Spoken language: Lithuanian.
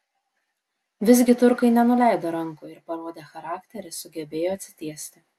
visgi turkai nenuleido rankų ir parodę charakterį sugebėjo atsitiesti